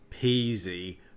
peasy